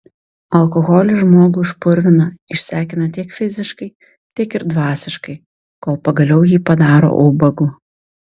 alkoholis žmogų išpurvina išsekina tiek fiziškai tiek ir dvasiškai kol pagaliau jį padaro ubagu